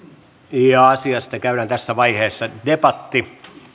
puhemies asiasta käydään tässä vaiheessa debatti